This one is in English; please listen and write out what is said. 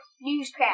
newscast